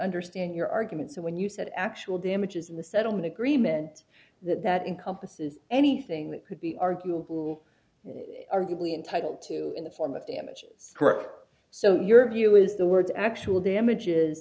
understand your argument so when you said actual damages in the settlement agreement that that encompasses anything that could be arguable arguably entitled to in the form of damages kirk so your view is the word actual damages